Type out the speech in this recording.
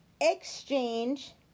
exchange